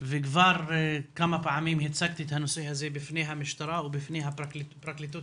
וכבר כמה פעמים הצגתי את הנושא הזה בפני המשטרה ובפני פרקליטות